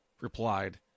replied